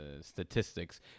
statistics